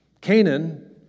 Canaan